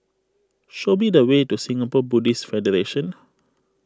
show me the way to Singapore Buddhist Federation